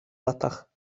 latach